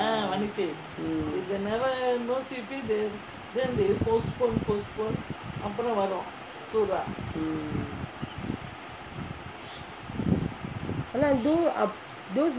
ஆனா அப்போ:aana appo those